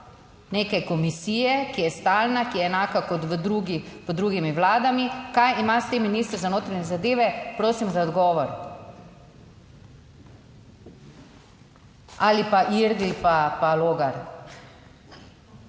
neke komisije, ki je stalna, ki je enaka kot v drugi, pod drugimi vladami, kaj ima s tem minister za notranje zadeve? Prosim za odgovor. Ali pa Irgl pa Logar.